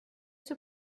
two